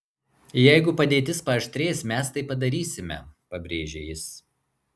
jeigu padėtis paaštrės mes tai padarysime pabrėžė jis